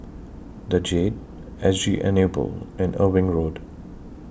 The Jade S G Enable and Irving Road